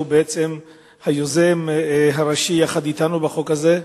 שהוא בעצם היוזם הראשי יחד אתנו בחוק הזה.